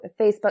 Facebook